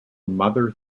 mother